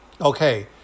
Okay